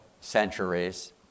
centuries